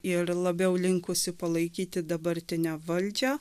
ir labiau linkusi palaikyti dabartinę valdžią